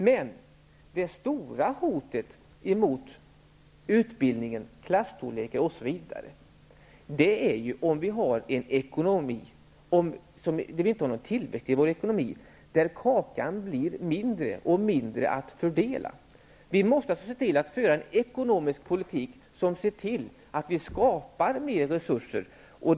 Men det stora hotet emot utbildningen, klasstorlekarna osv. är om vi har en ekonomi utan tillväxt. Då får vi en allt mindre kaka att fördela. Vi måste föra en ekonomisk politik som skapar mer resurser.